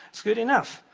it's good enough.